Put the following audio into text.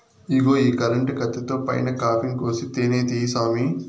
ఇగో ఈ కరెంటు కత్తితో పైన కాపింగ్ కోసి తేనే తీయి సామీ